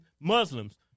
Muslims